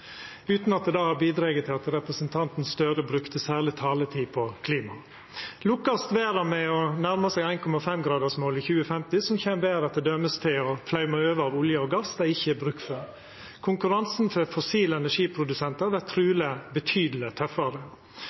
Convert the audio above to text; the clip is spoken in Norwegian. utan at det har bidrege til at representanten Støre brukte særleg taletid på klima. Lukkast verda med å nærma seg 1,5-gradarsmålet i 2050, kjem verda t.d. til å flauma over av olje og gass ein ikkje har bruk for. Konkurransen for fossil energi-produsentar vert truleg betydeleg tøffare.